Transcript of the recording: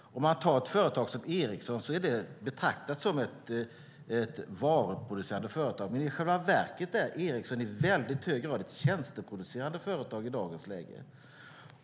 Om man tar ett företag som Ericsson betraktas det som ett varuproducerande företag, men i själva verket är Ericsson i hög grad ett tjänsteproducerande företag i dagens läge.